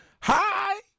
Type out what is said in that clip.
hi